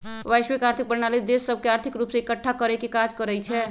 वैश्विक आर्थिक प्रणाली देश सभके आर्थिक रूप से एकठ्ठा करेके काज करइ छै